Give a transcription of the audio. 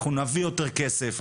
אנחנו נביא יותר כסף,